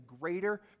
greater